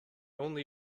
only